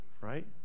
right